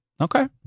Okay